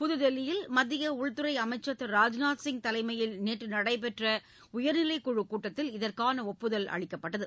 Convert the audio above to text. புதுதில்லியில் மத்திய உள்துறை அமைச்சர் திரு ராஜ்நாத் சிங் தலைமையில் நேற்று நடைபெற்ற உயா்நிலைக்குழுக் கூட்டத்தில் இதற்கான ஒப்புதல் அளிக்கப்பட்டது